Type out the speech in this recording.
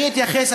אני אתייחס,